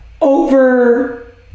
over